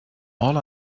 all